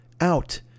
out